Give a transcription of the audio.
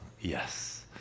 yes